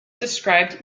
described